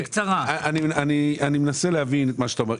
אני מנסה להבין את מה שאתה אומר.